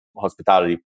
hospitality